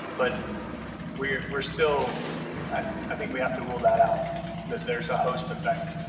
but we're we're still i think we have to rule that out that there's a host effect.